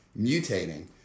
mutating